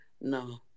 no